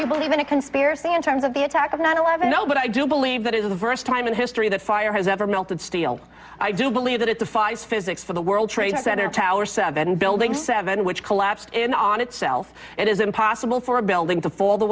you believe in a conspiracy in terms of the attack of nine eleven no but i do believe that it is the first time in history that fire has ever melted steel i do believe that it defies physics for the world trade center tower seven building seven which collapsed in on itself and is impossible for a building to fall the